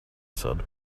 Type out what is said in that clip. said